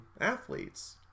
athletes